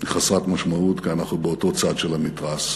היא חסרת משמעות, כי אנחנו באותו צד של המתרס